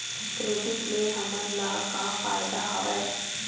Credit ले हमन ला का फ़ायदा हवय?